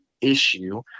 issue